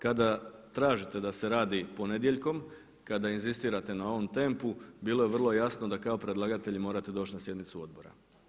Kada tražite da se radi ponedjeljkom, kada inzistirate na ovom tempu bilo je vrlo jasno da kao predlagatelji morate doći na sjednicu odbora.